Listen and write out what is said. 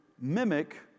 mimic